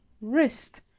wrist